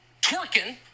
twerking